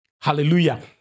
Hallelujah